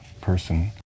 person